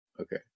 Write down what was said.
Okay